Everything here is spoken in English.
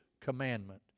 commandment